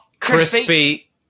Crispy